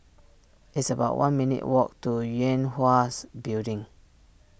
it's about one minutes' walk to Yue Hwa's Building